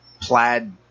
plaid